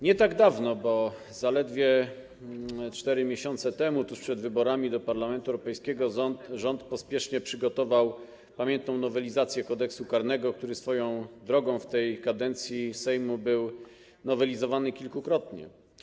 Nie tak dawno, bo zaledwie 4 miesiące temu, tuż przed wyborami do Parlamentu Europejskiego rząd pospiesznie przygotował pamiętną nowelizację Kodeksu karnego, który, swoją drogą, w tej kadencji Sejmu był nowelizowany kilkukrotnie.